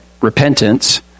repentance